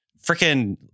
freaking